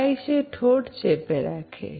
তাই সে ঠোঁট চেপে রাখে